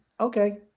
Okay